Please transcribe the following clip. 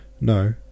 No